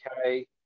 okay